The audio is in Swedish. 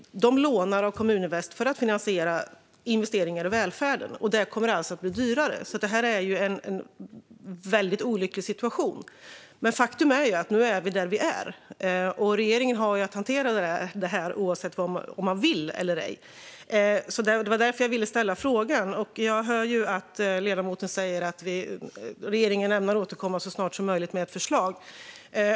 De lånar av Kommuninvest för att finansiera investeringar i välfärden. Det kommer alltså att bli dyrare. Det är en väldigt olycklig situation. Men nu är vi där vi är. Regeringen har att hantera detta oavsett om man vill eller inte. Det var därför jag ville ställa frågan. Jag hör att ledamoten säger att regeringen ämnar återkomma så snart som möjligt med förslag.